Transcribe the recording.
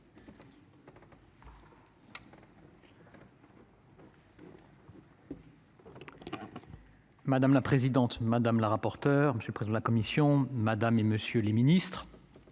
Madame la présidente madame la rapporteure Monsieur de la commission, madame et monsieur les ministres.